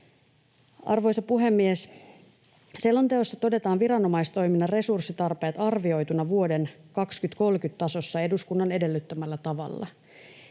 Arvoisa puhemies! Selonteossa todetaan viranomaistoiminnan resurssitarpeet arvioituna vuoden 2030 tasossa eduskunnan edellyttämällä tavalla.